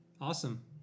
awesome